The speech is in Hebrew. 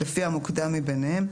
לפי המוקדם מביניהם".